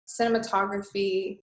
cinematography